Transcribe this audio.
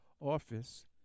office